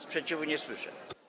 Sprzeciwu nie słyszę.